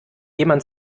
jemand